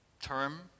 term